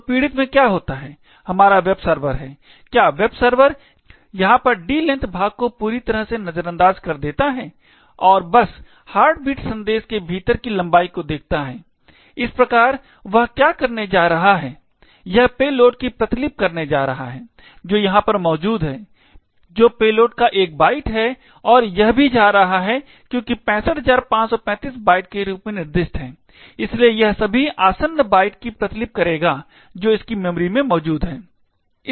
तो पीड़ित में क्या होता है हमारा वेब सर्वर है क्या वेब सर्वर यहां पर d length भाग को पूरी तरह से नजरअंदाज कर देता है और बस हार्टबीट संदेश के भीतर की लंबाई को देखता है इस प्रकार वह क्या करने जा रहा है यह पेलोड की प्रतिलिपि करने जा रहा है जो यहां पर मौजूद है जो पेलोड का 1 बाइट है और यह भी जा रहा है क्योंकि लंबाई 65535 बाइट के रूप में निर्दिष्ट है इसलिए यह सभी आसन्न बाइट की प्रतिलिपि करेगा जो इसकी मेमोरी में मौजूद हैं